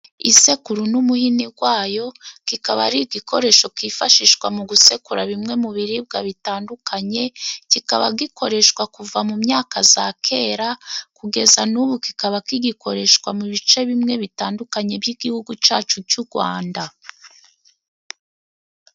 Isekuru n'umuhini gwayo kikaba ari igikoresho kifashishwa mu gusekura bimwe mu biribwa bitandukanye, kikaba gikoreshwa kuva mu myaka za kera kugeza n'ubu ,kikaba kigikoreshwa mu bice bimwe bitandukanye by'igihugu cacu c'u Rwanda.